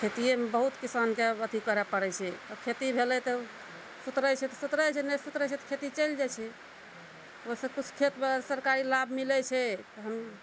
खेतिएमे बहुत किसानके अथी करय पड़ै छै खेती भेलै तऽ सुतरै छै तऽ सुतरै छै नहि सुतरै छै तऽ खेती चलि जाइ छै ओही सऽ किछु खेतमे सरकारी लाभ मिलै छै तहन